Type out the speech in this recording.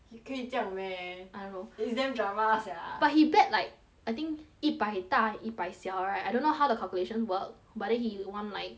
你可以这样 meh I don't know it's damn drama sia but he bet like I think 一百大一百小 right I don't know how the calculation work but then he won like